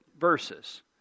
verses